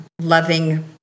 loving